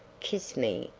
kissed me,